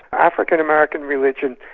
african american religion.